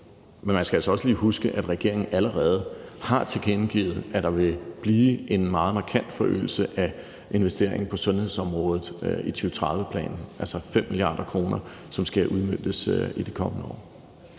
Men man skal altså også lige huske, at regeringen allerede har tilkendegivet, at der vil ske en meget markant forøgelse af investeringen på sundhedsområdet, i 2030-planen. Altså, det er 5 mia. kr., som skal udmøntes i de kommende år.